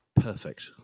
perfect